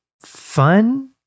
fun